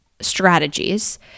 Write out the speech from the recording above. strategies